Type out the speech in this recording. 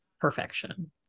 perfection